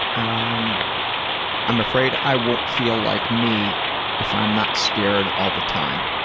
ah um i'm afraid i won't feel like me if i'm not scared all the time.